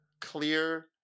clear